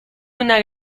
una